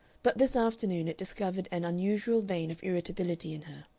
but this afternoon it discovered an unusual vein of irritability in her.